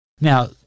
Now